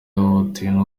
yahohotewe